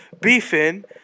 Beefing